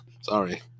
Sorry